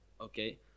Okay